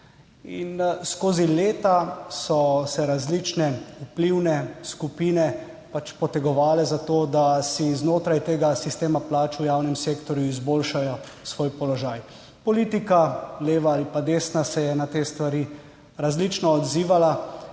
in skozi leta so se različne vplivne skupine pač potegovale za to, da si znotraj tega sistema plač v javnem sektorju izboljšajo svoj položaj. Politika, leva ali desna, se je na te stvari različno odzivala